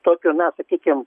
tokiu na sakykim